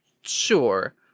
Sure